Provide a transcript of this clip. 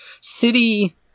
city